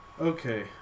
Okay